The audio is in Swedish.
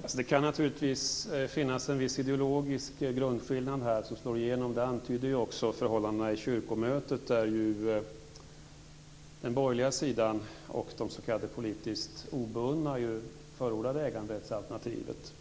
Fru talman! Det kan naturligtvis finnas en viss ideologisk grundskillnad som slår igenom - det antydde jag också - förhållandena i kyrkomötet. Den borgerliga sidan och de s.k. politiskt obundna förordade äganderättsalternativet.